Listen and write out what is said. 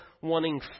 wanting